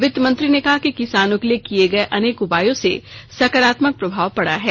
वित्त मंत्री ने कहा कि किसानों के लिए किए गए अनेक उपायों से सकारात्मक प्रभाव पड़ा है